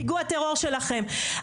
ואני לצערי הרב בעלי נרצח בפיגוע טרור שלכם.